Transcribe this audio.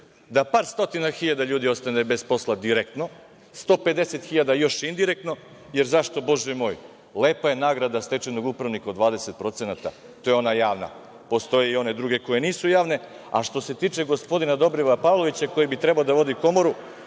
da par stotina hiljada ljudi ostane bez posla direktno, 150 hiljada još indirektno, jer lepa je nagrada stečajnog upravnika od 20%, to je ona javna. Postoje i one druge koje nisu javne. Što se tiče gospodina Dobrivoja Pavlovića koji bi trebao da vodio Komoru,